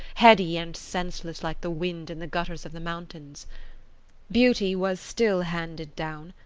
heady and senseless like the wind in the gutters of the mountains beauty was still handed down,